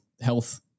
health